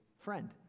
Friend